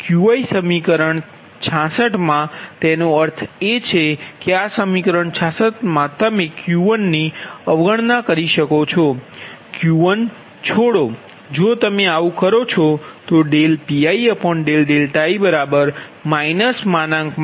Qi સમીકરણ 66 માં તેનો અર્થ એ છે કે આ સમીકરણ 66 માં તમે Qi ની અવગણના કરો છો Qiછોડો જો તમે આવું કરો છો તો Pii ViBii